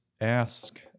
ask